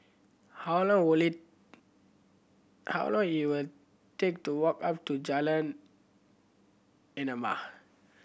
how long will it how long your take to walk up to Jalan Enam